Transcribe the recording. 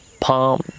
palm